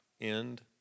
end